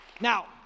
Now